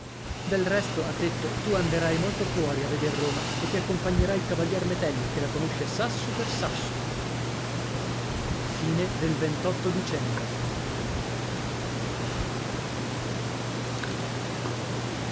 del resto ha detto tu anderai molto fuori a veder roma e ti accompagnerà il cavalier metello che la conosce sasso per sasso dicembre